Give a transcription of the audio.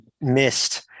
missed